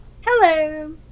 Hello